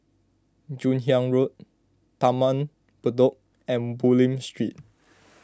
Joon Hiang Road Taman Bedok and Bulim Street